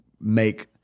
make